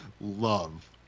love